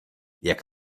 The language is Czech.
jak